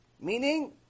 Meaning